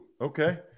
okay